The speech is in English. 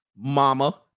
mama